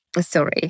Sorry